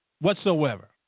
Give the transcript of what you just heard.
whatsoever